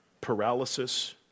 paralysis